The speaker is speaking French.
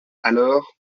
alors